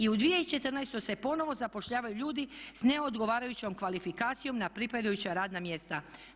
I u 2014. se ponovo zapošljavaju ljudi sa neodgovarajućom kvalifikacijom na pripadajuća radna mjesta.